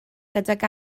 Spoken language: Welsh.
gydag